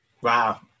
wow